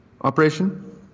operation